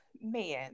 man